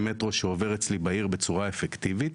מטרו שעובר אצלי בעיר בצורה אפקטיבית,